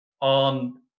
On